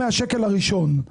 מהשקל הראשון.